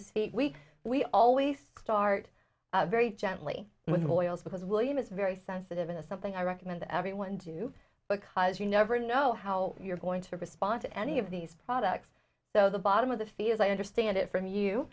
seat weeks we always start very gently with oils because william is very sensitive into something i recommend everyone do because you never know how you're going to respond to any of these products so the bottom of the fee as i understand it from you